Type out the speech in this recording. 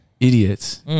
Idiots